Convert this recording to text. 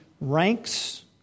ranks